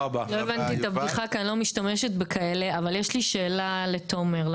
הרי בשלב זה במדינת ישראל אני לא חושבת שנכון